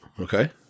Okay